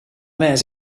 mes